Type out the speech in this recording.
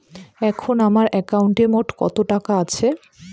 এখন আমার একাউন্টে মোট কত টাকা আছে?